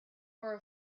wore